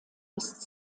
ist